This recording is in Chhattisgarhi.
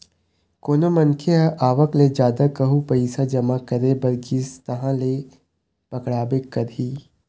कोनो मनखे ह आवक ले जादा कहूँ पइसा जमा करे बर गिस तहाँ ले पकड़ाबे करही